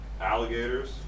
alligators